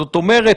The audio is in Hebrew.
זאת אומרת,